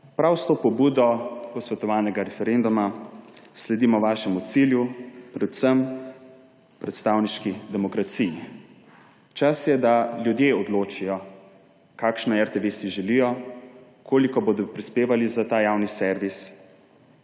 prav s to pobudo posvetovalnega referenduma sledimo vašemu cilju, predvsem predstavniški demokraciji. Čas je, da ljudje odločijo, kakšno RTV si želijo, koliko bodo prispevali za ta javni servis.